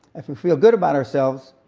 if we feel good about ourselves,